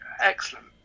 excellent